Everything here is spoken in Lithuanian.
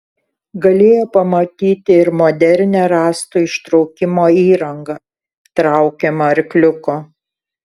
galėjo pamatyti ir modernią rąstų ištraukimo įrangą traukiamą arkliuko